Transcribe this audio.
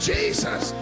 Jesus